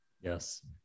Yes